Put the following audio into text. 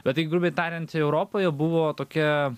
bet jei grubiai tariant europoje buvo tokia